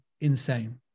insane